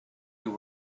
you